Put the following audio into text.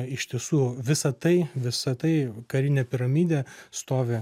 iš tiesų visa tai visa tai karinė piramidė stovi